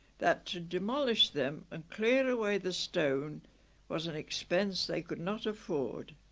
that to demolish them and clear away the stone was an expense they could not afford